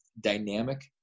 dynamic